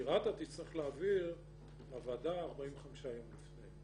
כי רת"א תצטרך להעביר לוועדה 45 יום לפני.